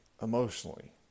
emotionally